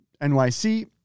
NYC